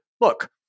look